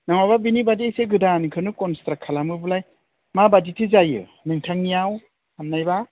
नङाबा बिनि बादै एसे गोदानखौनो कनस्ट्रेक खालामोबोलाय मा बायदिथो जायो नोंथांनियाव बानायबा